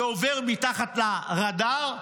זה עובר מתחת לרדאר,